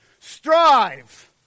strive